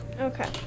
Okay